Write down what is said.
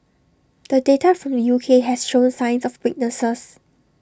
the data from the U K has shown signs of weaknesses